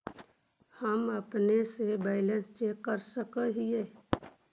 हम अपने से बैलेंस चेक कर सक हिए?